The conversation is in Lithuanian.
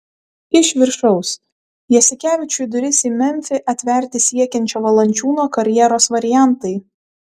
iš viršaus jasikevičiui duris į memfį atverti siekiančio valančiūno karjeros variantai